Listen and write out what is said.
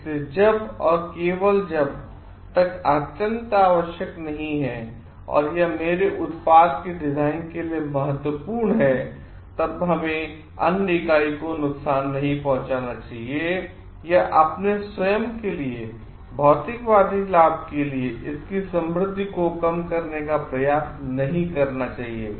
इसलिए जब तक और केवल जब तक यह अत्यंत आवश्यक नहीं है और यह मेरे उत्पाद के डिजाइन के लिए महत्वपूर्ण है तब हमें अन्य इकाई को नुकसान नहीं पहुंचाना चाहिए या अपने स्वयं के लिए भौतिकवादी लाभ के लिए इसकी समृद्धि को कम करने का प्रयास नहीं करना चाहिए